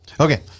Okay